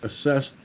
assessed